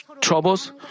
troubles